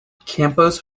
campos